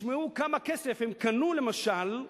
תשמעו כמה כסף הם קנו, למשל,